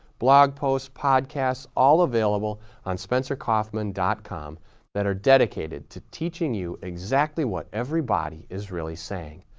blog posts, podcasts, all available on spencercoffman dot com that are dedicated to teaching you exactly what every body is really saying,